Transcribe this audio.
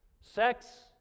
Sex